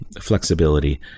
flexibility